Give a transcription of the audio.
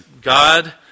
God